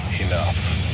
enough